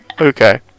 Okay